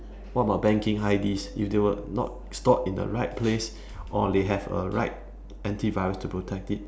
what about banking I_Ds if they were not stored in right place or they have a right anti virus to protect it